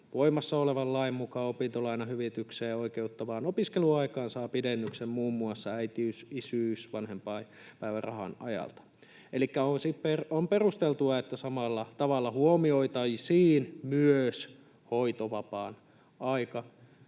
Voimassa olevan lain mukaan opintolainahyvitykseen oikeuttavaan opiskeluaikaan saa pidennyksen muun muassa äitiys‑, isyys‑ ja vanhempainpäivärahan ajalta, elikkä on perusteltua, että samalla tavalla huomioitaisiin myös hoitovapaan aika.